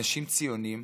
אנשים ציוניים,